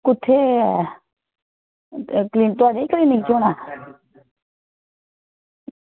कुत्थें ऐ ते तुसें निं होना